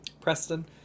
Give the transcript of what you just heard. Preston